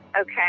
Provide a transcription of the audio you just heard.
Okay